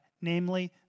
namely